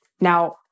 now